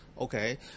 okay